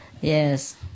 Yes